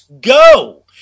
go